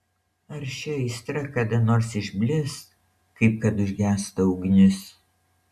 ar ši aistra kada nors išblės kaip kad užgęsta ugnis